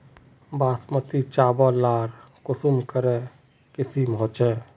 बासमती चावल लार कुंसम करे किसम होचए?